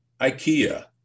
Ikea